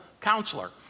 counselor